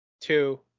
two